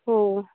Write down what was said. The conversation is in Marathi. हो